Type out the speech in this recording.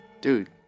dude